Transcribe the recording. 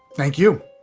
thank you